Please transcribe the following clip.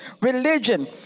religion